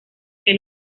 que